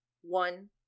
One